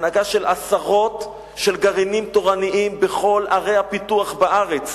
הנהגה של עשרות גרעינים תורניים בכל ערי הפיתוח בארץ,